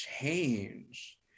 change